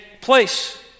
place